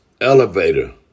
elevator